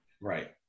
right